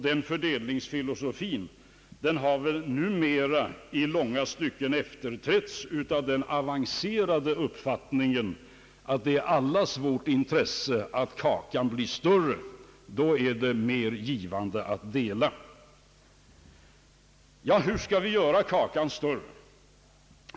Den fördelningsfilosofin har väl numera i långa stycken efterträtts av den avancerade uppfattningen att det är allas vårt intresse att kakan blir större, ty då är det mera givande att dela den. Ja, hur skall vi göra kakan större?